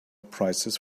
prices